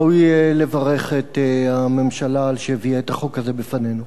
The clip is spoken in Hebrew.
ראוי לברך את הממשלה על שהביאה את החוק הזה בפנינו.